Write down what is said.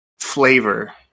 flavor